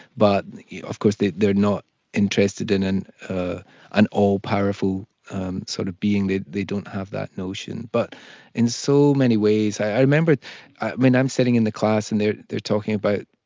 but of course they're not interested in in ah an all-powerful sort of being. they they don't have that notion but in so many ways i remember when i'm sitting in the class, and they're they're talking about,